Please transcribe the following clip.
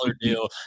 deal